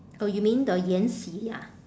oh you mean the 延禧 ah